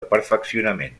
perfeccionament